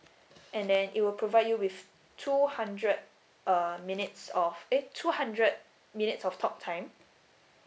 and then it will provide you with two hundred uh minutes of eh two hundred minutes of talk time